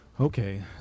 Okay